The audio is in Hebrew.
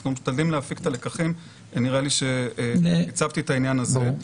אנחנו משתדלים להפיק את הלקחים ונראה לי שהצגתי את העניין הזה.